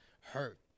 Hurt